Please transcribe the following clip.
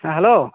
ᱦᱮᱸ ᱦᱮᱞᱳ